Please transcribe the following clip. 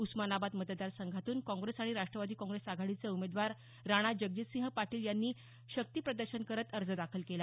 उस्मानाबाद मतदार संघातून काँग्रेस आणि राष्ट्रवादी काँग्रेस आघाडीचे उमेदवार राणा जगजितसिंह पाटील यांनी शक्तीप्रदर्शन करत अर्ज दाखल केला